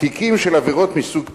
תיקים של עבירות מסוג פשע.